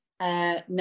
No